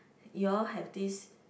you all have this